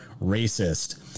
racist